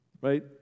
Right